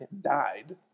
died